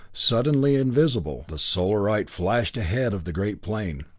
suddenly invisible, the solarite flashed ahead of the great plane.